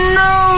no